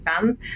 fans